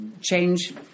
change